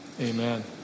amen